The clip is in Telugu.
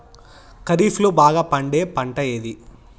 ఖరీఫ్ లో బాగా పండే పంట ఏది?